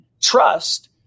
trust